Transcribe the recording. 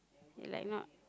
he like not